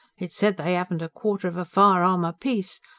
it's said they aven't a quarter of a firearm apiece.